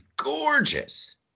gorgeous